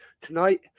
tonight